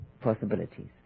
possibilities